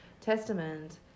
Testament